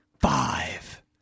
five